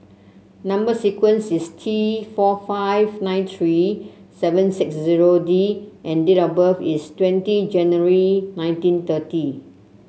number sequence is T four five nine three seven six zero D and date of birth is twenty January nineteen thirty